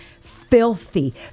Filthy